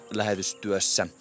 lähetystyössä